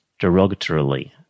derogatorily